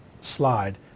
slide